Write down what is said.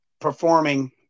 performing